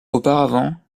auparavant